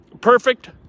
perfect